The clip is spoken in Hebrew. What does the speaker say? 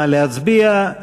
נא להצביע.